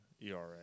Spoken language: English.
ERA